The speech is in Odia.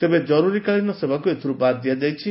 ତେବେ ଜରୁରୀକାଳୀନ ସେବାକୁ ଏଥିରୁ ବାଦ୍ ଦିଆଯାଇଛି